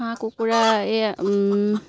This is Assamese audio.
হাঁহ কুকুৰা এই